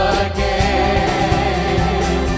again